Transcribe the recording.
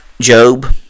Job